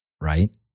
right